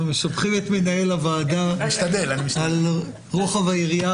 אנחנו משבחים את מנהל הוועדה על רוחב היריעה